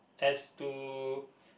as to